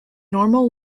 normal